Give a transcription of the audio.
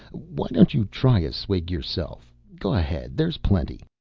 why don't you try a swig yourself? go ahead. there's plenty.